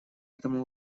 этому